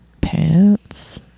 pants